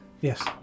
Yes